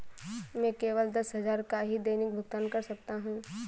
मैं केवल दस हजार का ही दैनिक भुगतान कर सकता हूँ